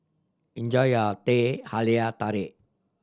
enjoy your Teh Halia Tarik